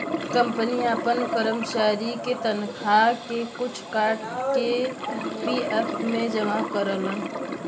company आपन करमचारी के तनखा के कुछ काट के पी.एफ मे जमा करेलन